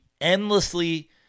endlessly